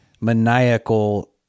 maniacal